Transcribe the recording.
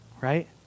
right